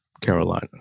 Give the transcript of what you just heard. Carolina